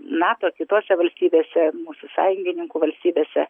nato kitose valstybėse mūsų sąjungininkų valstybėse